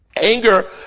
Anger